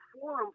forum